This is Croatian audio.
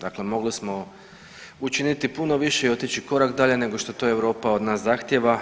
Dakle, mogli smo učiniti puno više i otići korak dalje nego što to Europa od nas zahtijeva.